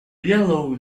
yellow